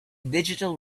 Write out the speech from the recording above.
digital